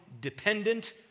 dependent